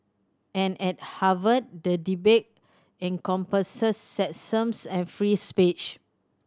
and at Harvard the debate encompasses sexism and free speech